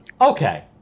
Okay